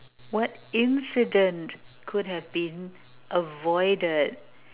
what incidence could have been avoided